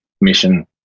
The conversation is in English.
mission